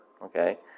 Okay